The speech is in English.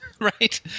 right